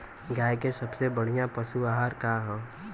गाय के सबसे बढ़िया पशु आहार का ह?